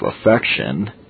affection